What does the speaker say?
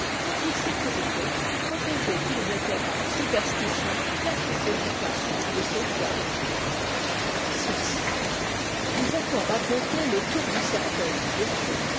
en toute sécurité protégés qu'ils étaient par la superstition la plus efficace des sauvegardes vous a-t-on raconté le tour du cercueil ôtrou